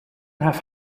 have